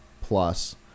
plus